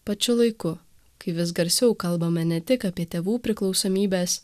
pačiu laiku kai vis garsiau kalbame ne tik apie tėvų priklausomybes